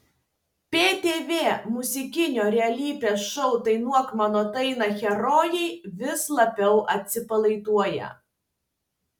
btv muzikinio realybės šou dainuok mano dainą herojai vis labiau atsipalaiduoja